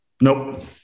Nope